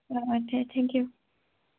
ओ ओ दे थेंक्यु